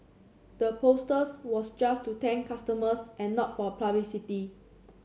the posters was just to thank customers and not for publicity